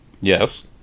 Yes